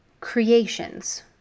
creations